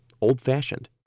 old-fashioned